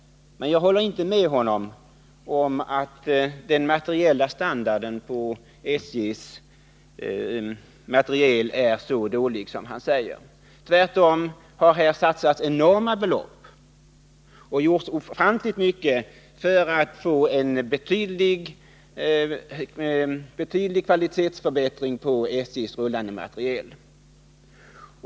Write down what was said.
Men jag håller inte med honom om att standarden på SJ:s rullande materiel är så dålig som han säger. Tvärtom har det satsats enorma belopp och gjorts ofantligt mycket för att få en betydande kvalitetsförbättring på SJ:s rullande materiel.